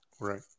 Right